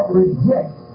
reject